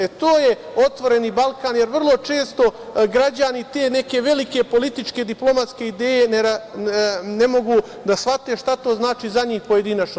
E, to je „Otvoreni Balkan“, jer vrlo često građani te neke velike političke diplomatske ideje ne mogu da shvate šta to znači za njih pojedinačno.